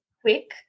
quick